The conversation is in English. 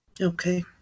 Okay